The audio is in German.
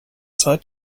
zeit